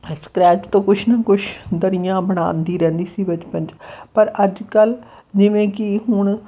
scratch ਤੋਂ ਕੁਛ ਨਾ ਕੁਛ ਦਰੀਆਂ ਬਣਾਉਂਦੀ ਰਹਿੰਦੀ ਸੀ ਬਚਪਨ 'ਚ ਪਰ ਅੱਜ ਕੱਲ੍ਹ ਜਿਵੇਂ ਕਿ ਹੁਣ